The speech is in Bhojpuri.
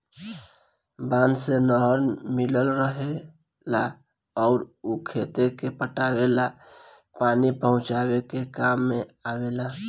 बांध से नहर मिलल रहेला अउर उ खेते के पटावे ला पानी पहुचावे के काम में आवेला